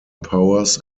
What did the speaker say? powers